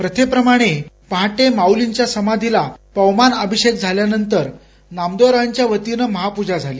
प्रथेप्रमाणे पहाटे माऊलींच्या समाधीला पवमान अभिषेक झाल्यानंतर नावदेवरायांच्या वतीनं महापूजा झाली